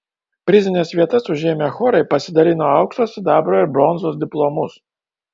prizines vietas užėmę chorai pasidalino aukso sidabro ir bronzos diplomus